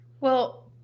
Well-